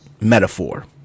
Metaphor